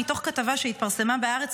מתוך כתבה שהתפרסמה בהארץ,